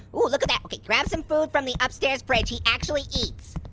ooh, look at that. okay, grab some food from the upstairs fridge. he actually eats.